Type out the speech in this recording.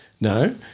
No